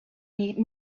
need